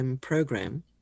program